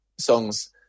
songs